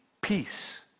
peace